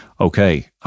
Okay